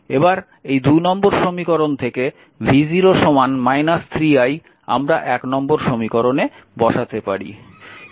এবার এই নম্বর সমীকরণ থেকে v0 3 i আমরা নম্বর সমীকরণে বসাতে পারি